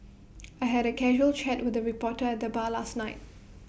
I had A casual chat with A reporter at the bar last night